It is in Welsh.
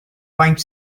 faint